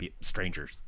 strangers